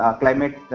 climate